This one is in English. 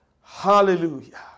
Hallelujah